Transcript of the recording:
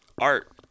art